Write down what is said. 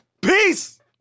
Peace